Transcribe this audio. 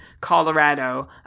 Colorado